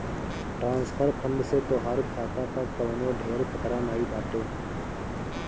transfer fund से तोहार खाता पअ कवनो ढेर खतरा नाइ बाटे